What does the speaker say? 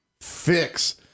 fix